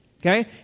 Okay